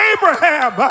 Abraham